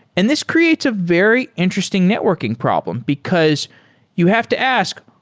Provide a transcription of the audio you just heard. and this creates a very interesting networking problem because you have to ask,